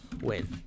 win